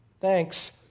thanks